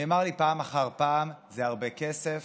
נאמר לי פעם אחר פעם: זה הרבה כסף,